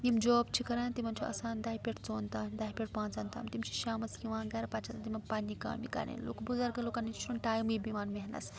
یِم جاب چھِ کَران تِمَن چھِ آسان دَہہِ پٮ۪ٹھ ژۄن تام دَہہِ پٮ۪ٹھ پانٛژَن تام تِم چھِ شامَس یِوان گَر پَتہٕ چھِ آسان تِ پَننہِ کامہِ کَرٕنۍ بہٕ لُکَن نِش چھُنہٕ ٹایمٕے یِوان بہنس